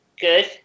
good